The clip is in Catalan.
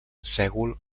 sègol